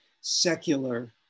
secular